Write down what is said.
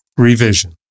Revision